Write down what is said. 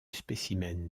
spécimen